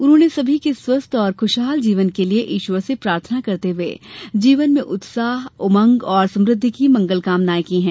उन्होंने सभी के स्वस्थ और खुशहाल जीवन के लिए ईश्वर से प्रार्थना करते हुए जीवन में उत्साह उमंग और समुद्धि की मंगलकामनाएँ की हैं